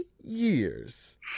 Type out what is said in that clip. years